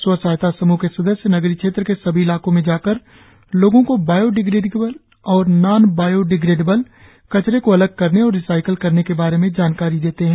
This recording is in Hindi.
स्व सहायता समूह के सदस्य नगरीय क्षेत्र के सभी इलाको में जाकर लोगो को बायो डिग्रेडेबल और नॉन बायो डिग्रेडेबेल कचरे को अलग करने और रिसाइकल करने के बारे मे जानकारी देते है